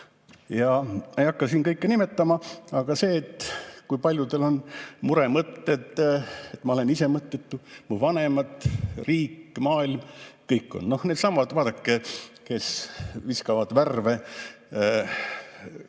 ei hakka siin kõike nimetama, aga see, kui paljudel on muremõtted, et ma olen ise mõttetu, mu vanemad, riik, maailm – kõik on. No needsamad, vaadake, kes viskavad värve